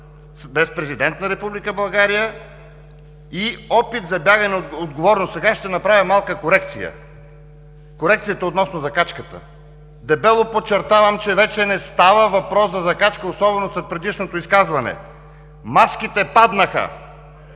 днес президент на Република България, и опит за бягане от отговорност. Сега ще направя малка корекция. Корекцията е относно закачката. Дебело подчертавам, че вече не става въпрос за закачка особено след предишното изказване. Маските паднаха!